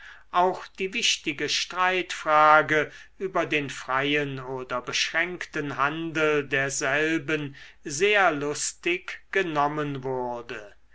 auch die wichtige streitfrage über den freien oder beschränkten handel derselben sehr lustig genommen wurde